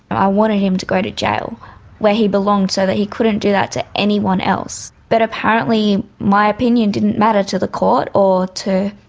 i wanted him to go to jail where he belonged so that he couldn't do that to anyone else, but apparently my opinion didn't matter to the court or to